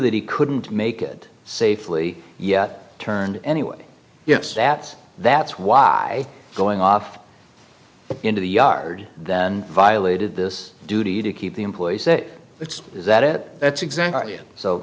that he couldn't make it safely yet turned anyway yes that's that's why going off into the yard and violated this duty to keep the employees that it's is that it that's exactly so